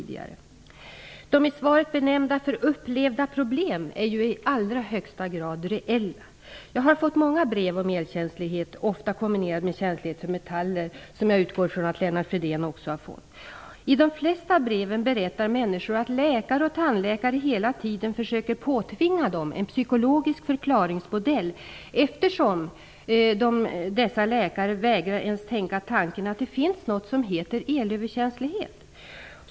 Det som i svaret benämns som "upplevda problem" är i allra högsta grad reellt. Jag har fått många brev om elkänslighet, ofta kombinerad med känslighet för metaller, vilket jag utgår ifrån att Lennart Fridén också har fått. I de flesta brev berättar människor att läkare och tandläkare hela tiden försöker påtvinga dem en psykologisk förklaringsmodell, eftersom dessa läkare ens vägrar tänka tanken att det finns något som heter elöverkänslighet.